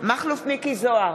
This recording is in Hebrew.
מכלוף מיקי זוהר,